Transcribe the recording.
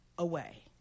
away